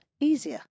easier